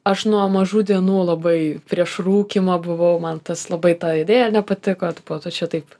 aš nuo mažų dienų labai prieš rūkymą buvau man tas labai ta idėja nepatiko tipo tu čia taip